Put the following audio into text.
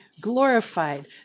glorified